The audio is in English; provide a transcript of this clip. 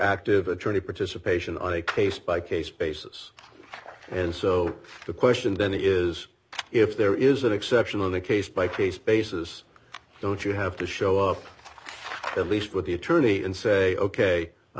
active attorney participation on a case by case basis and so the question then is if there is an exception in a case by case basis don't you have to show up at least with the attorney and say ok